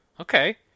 okay